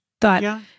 thought